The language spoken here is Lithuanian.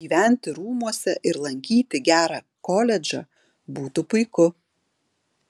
gyventi rūmuose ir lankyti gerą koledžą būtų puiku